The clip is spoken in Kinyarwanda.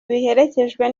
biherekejwe